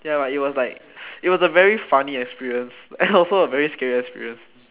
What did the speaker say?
K lah but it was like it was a very funny experience and also a very scary experience